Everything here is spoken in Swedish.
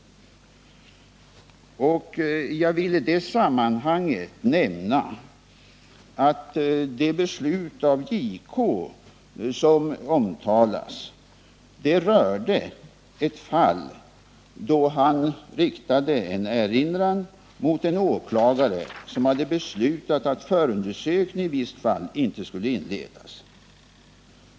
Jag vill i det sammanhanget nämna att det beslut av JK som omtalas rörde ett fall då han riktade en erinran mot en åklagare, som bl.a. hade beslutat att förundersökning i visst fall inte skulle inledas.